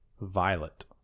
Violet